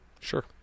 Sure